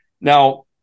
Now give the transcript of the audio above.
Now